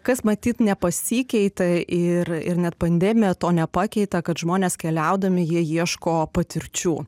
kas matyt nepasikeitė ir ir net pandemija to nepakeitė kad žmonės keliaudami jie ieško patirčių